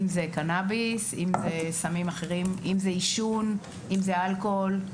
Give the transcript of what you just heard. אם זה קנביס או סמים אחרים, עישון או אלכוהול.